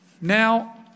Now